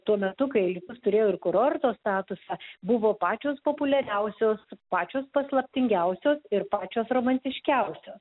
tuo metu kai alytus turėjo ir kurorto statusą buvo pačios populiariausios pačios paslaptingiausios ir pačios romantiškiausios